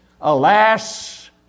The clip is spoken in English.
Alas